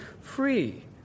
free